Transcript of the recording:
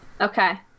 Okay